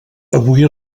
avui